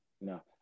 no